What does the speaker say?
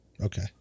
okay